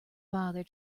bother